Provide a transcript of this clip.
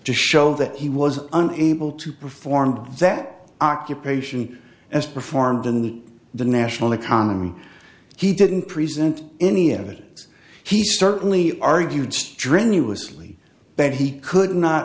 to show that he was unable to perform that occupation as performed in the the national economy he didn't present any evidence he certainly argued strenuously bed he could not